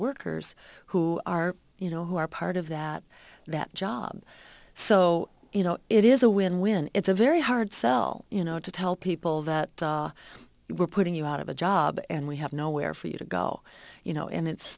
workers who are you know who are part of that that job so you know it is a win win it's a very hard sell you know to tell people that we're putting you out of a job and we have nowhere for you to go you know and it's